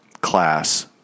class